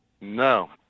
No